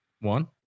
One